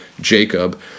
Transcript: Jacob